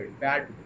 bad